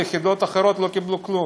ויחידות אחרות לא קיבלו כלום.